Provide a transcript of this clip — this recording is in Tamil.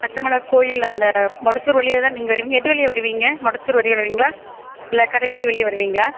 பச்சமலை கோயிலில் அந்த மொடச்சூர் வழியாதான நீங்கள் வருவீங்க எது வழியாக வருவீங்க மொடச்சூர் வழியாக வருவீங்களா இல்லை கட வீதி வழியாக வருவீங்களா